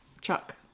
Chuck